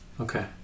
Okay